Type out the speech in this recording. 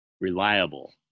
reliable